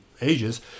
ages